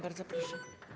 Bardzo proszę.